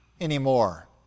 anymore